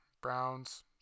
Browns